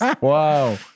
Wow